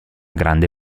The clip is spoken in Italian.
grande